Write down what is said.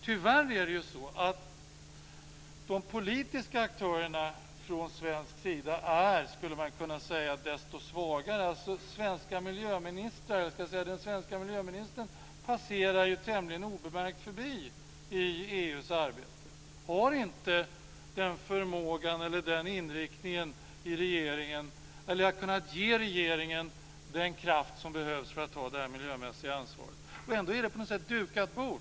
Tyvärr är det så att de politiska aktörerna från svensk sida är, skulle man kunna säga, desto svagare. Den svenske miljöministern passerar ju tämligen obemärkt förbi i EU:s arbete. Han har inte den förmågan eller inriktningen i regeringen och har inte kunnat ge regeringen den kraft som behövs för att ta det miljömässiga ansvaret. Ändå är det på något sätt ett dukat bord.